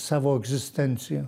savo egzistencija